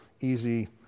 easy